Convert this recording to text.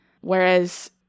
whereas